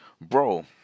bro